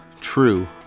true